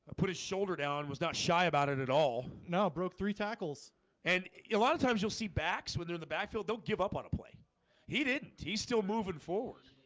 put his shoulder down was not shy about it at all. no broke three tackles and a lot of times you'll see backs when they're the backfield don't give up on a play he didn't he's still moving forward.